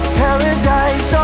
paradise